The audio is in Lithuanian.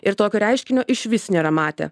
ir tokio reiškinio išvis nėra matę